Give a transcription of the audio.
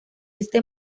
este